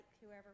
whoever